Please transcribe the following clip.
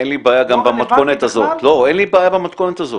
זה לא רלוונטי בכלל --- אין לי בעיה גם במתכונת הזאת.